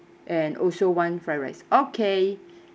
and also one fried rice okay